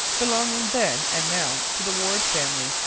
belonging then and now to the warde family,